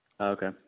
okay